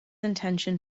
intention